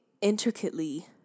intricately